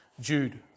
Jude